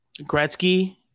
Gretzky